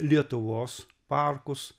lietuvos parkus